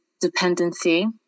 dependency